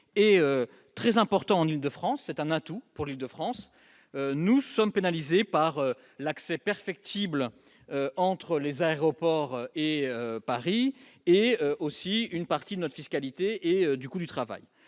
et très important en Île-de-France, c'est un atout pour l'Île-de-France, nous sommes pénalisés par l'accès perfectible entre les aéroports et Paris et aussi une partie de notre fiscalité et du coût du travail,